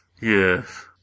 yes